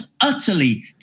utterly